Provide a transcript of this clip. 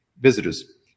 visitors